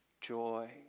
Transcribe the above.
Joy